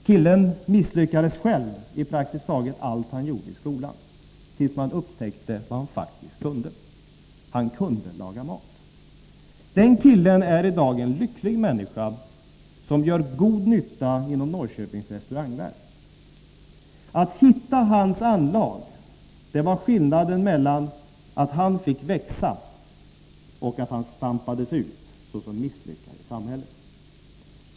Killen misslyckades själv praktiskt taget i allt han hade gjort i skolan tills man upptäckte vad han faktiskt kunde — han kunde laga mat. Den killen är i dag en lycklig människa, som gör god nytta inom Norrköpings restaurangvärld. Att hitta hans anlag — det var skillnaden mellan att han fick växa och att han stampades ut såsom misslyckad i samhället.